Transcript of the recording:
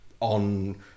on